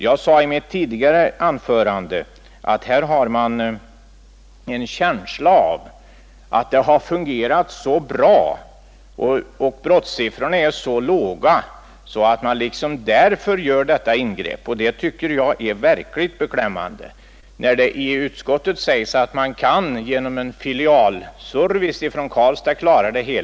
Jag sade i mitt tidigare anförande att man här har en känsla av att det är för att det fungerat så bra och för att brottssiffrorna är så låga som man gör detta ingrepp. Det tycker jag är verkligt beklämmande. Utskottet säger att man genom en filialservice från Karlstad kan klara situationen.